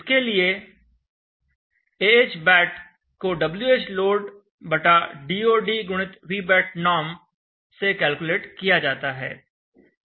इसके लिए Ahbat को Whload से कैलकुलेट किया जाता है